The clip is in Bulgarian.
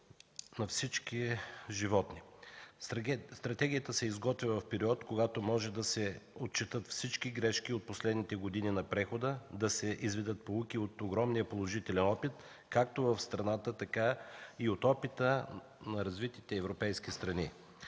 на всички животни. Стратегията се изготвя в период, когато може да се отчетат всички грешки от последните години на прехода, да се изведат поуки от огромния положителен опит както в страната, така и от опита на развитите европейски страни.